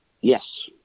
Yes